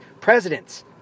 presidents